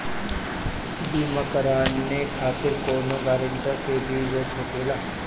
बीमा कराने खातिर कौनो ग्रानटर के भी जरूरत होखे ला?